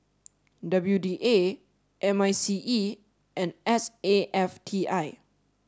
W D A M I C E and S A F T I